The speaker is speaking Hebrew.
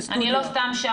וסטודיו.